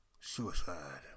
suicide